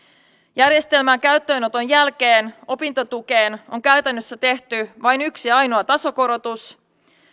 järjestelmän käyttöönoton jälkeen opintotukeen on käytännössä tehty vain yksi ainoa tasokorotus